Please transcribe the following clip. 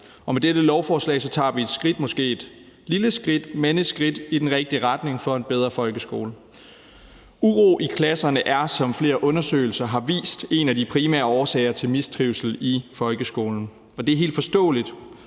Med dette lovforslag tager vi et skridt, måske et lille skridt, men dog et skridt i den rigtige retning for en bedre folkeskole. Uro i klasserne er, som flere undersøgelser har vist, en af de primære årsager til mistrivsel i folkeskolen, og det er helt forståeligt.